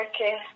Okay